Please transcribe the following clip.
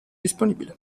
disponibile